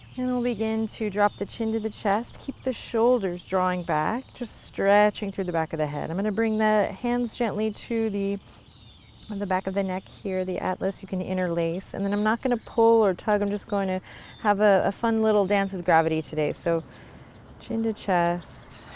and we'll begin to drop the chin to the chest. keep the shoulders drawing back, just stretching through the back of the head. i'm gonna bring the hands gently to the and the back of the neck here, the atlas, you can interlace and then i'm not going to pull or tug i'm just going to have a fun little dance with gravity today so chin to chest,